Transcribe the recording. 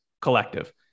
collective